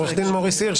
עורך דין מוריס הירש,